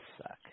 suck